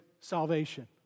salvation